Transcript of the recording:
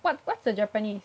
what what's the Japanese